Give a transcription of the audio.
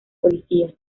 policía